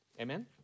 Amen